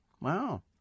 wow